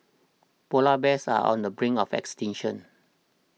Polar Bears are on the brink of extinction